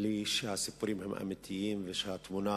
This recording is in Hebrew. לי שהסיפורים הם אמיתיים ושהתמונה